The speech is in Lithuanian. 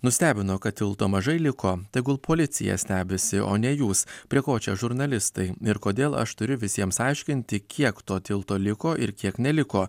nustebino kad tilto mažai liko tegul policija stebisi o ne jūs prie ko čia žurnalistai ir kodėl aš turiu visiems aiškinti kiek to tilto liko ir kiek neliko